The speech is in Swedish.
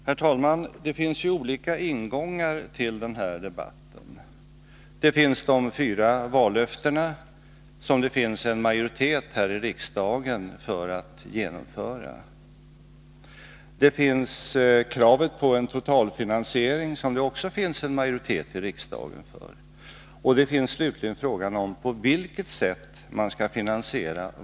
Herr talman! Det finns ju olika ingångar till den här debatten. Vi har de fyra vallöftena, som det finns en majoritet här i riksdagen för att genomföra. Vi har kravet på en totalfinansiering, som det också finns en majoritet i riksdagen för. Slutligen har man frågan om på vilket sätt vallöftena skall finansieras.